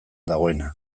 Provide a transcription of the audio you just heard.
dagoena